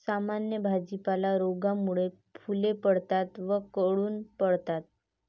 सामान्य भाजीपाला रोगामुळे फुले सुकतात व गळून पडतात